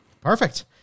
Perfect